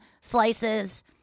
slices